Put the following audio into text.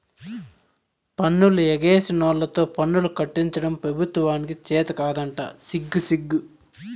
పన్నులు ఎగేసినోల్లతో పన్నులు కట్టించడం పెబుత్వానికి చేతకాదంట సిగ్గుసిగ్గు